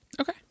Okay